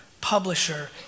publisher